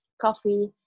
coffee